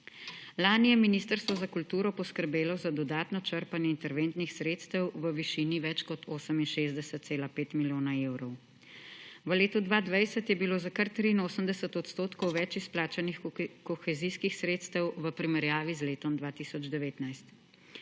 Lani je Ministrstvo za kulturo poskrbelo za dodatno črpanje interventnih sredstev v višini več kot 68,5 milijona evrov. V letu 2020 je bilo kar za 83 odstotkov več izplačanih kohezijskih sredstev v primerjavi z letom 2019.